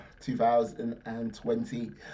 2020